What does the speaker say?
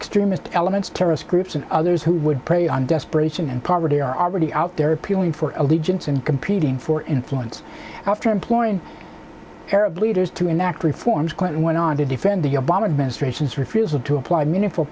extremist elements terrorist groups and others who would prey on desperation and poverty are already out there appealing for allegiance and competing for influence after employing arab leaders to enact reforms clinton went on to defend the obama administration's refusal to apply meaningful